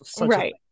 right